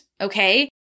Okay